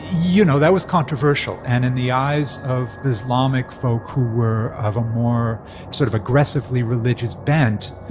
you know, that was controversial, and in the eyes of islamic folk who were of a more sort of aggressively religious bent,